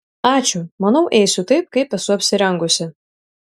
ačiū manau eisiu taip kaip esu apsirengusi